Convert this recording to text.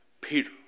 Peter